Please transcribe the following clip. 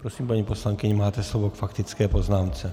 Prosím, paní poslankyně, máte slovo k faktické poznámce.